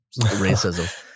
racism